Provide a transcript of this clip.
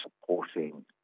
supporting